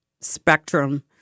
spectrum